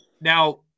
Now